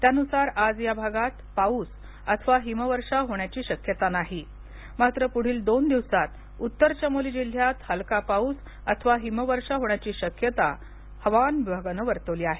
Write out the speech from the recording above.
त्यानुसार आज या भागात पाऊस अथवा हिमवर्षाव होण्याची शक्यता नाही मात्र पुढील दोन दिवसात उत्तर चामोली जिल्ह्यात हलका पाऊस अथवा हिमवर्षाव होण्याची शक्यता हवामान विभागाने वर्तवली आहे